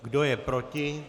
Kdo je proti?